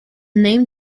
name